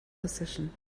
position